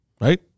right